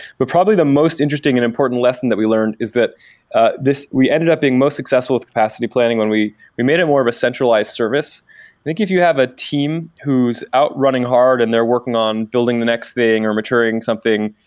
but probably the most interesting and important lesson that we learned is that this we ended up being most successful with the capacity planning when we we made it more of a centralized service. i think if you have a team who's out running hard and they're working on building the next thing or maturing something,